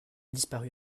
disparu